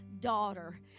daughter